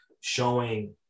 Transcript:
showing